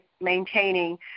maintaining